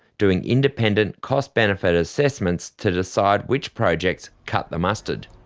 doing independent, cost-benefit assessments to decide which projects cut the mustard.